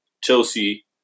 Chelsea